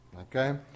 Okay